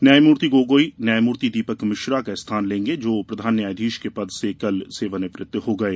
न्यायमूर्ति गोगोई न्यायमूर्ति दीपक मिश्रा का स्थान लेंगे जो प्रधान न्यायाधीश के पद से कल सेवानिवृत हो गए